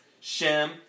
Shem